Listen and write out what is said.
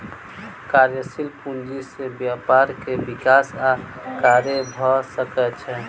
कार्यशील पूंजी से व्यापार के विकास आ कार्य भ सकै छै